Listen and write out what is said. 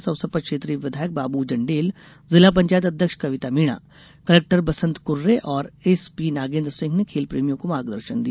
इस अवसर पर क्षेत्रीय विधायक बाबू जण्डेल जिला पंचायत अध्यक्ष कविता मीणा कलेक्टर बसंत कुर्रे और एसपीनगेन्द्र सिंह ने खेल प्रेमियों को मार्गदर्शन दिया